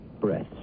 breaths